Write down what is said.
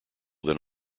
than